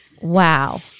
Wow